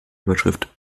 überschrift